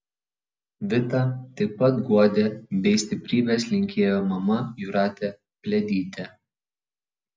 vitą taip pat guodė bei stiprybės linkėjo mama jūratė pliadytė